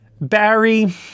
Barry –